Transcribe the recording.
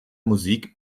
musik